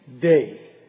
Day